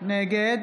נגד